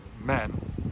men